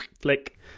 flick